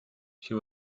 she